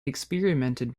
experimented